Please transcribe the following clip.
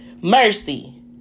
Mercy